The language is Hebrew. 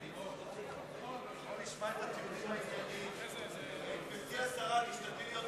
גברתי השרה, תשתדלי להיות